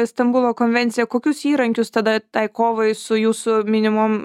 stambulo konvencija kokius įrankius tada tai kovai su jūsų minimom